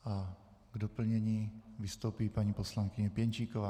K doplnění vystoupí paní poslankyně Pěnčíková.